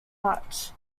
much